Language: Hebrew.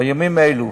בימים אלה,